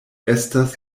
estas